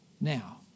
Now